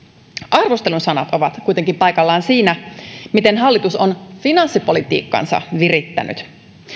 arvostelun sanat ovat kuitenkin paikallaan siinä miten hallitus on finanssipolitiikkansa virittänyt